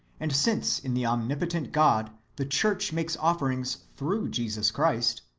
and since in the omnipotent god the church makes offerings through jesus christ,